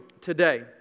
today